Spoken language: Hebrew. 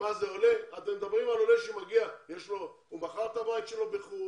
על עולה שמגיע, הוא מכר את בית שלו בחוץ